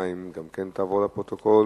התושבים חוששים מתוכניות העמותות "פקיעין לנצח"